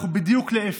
בדיוק להפך.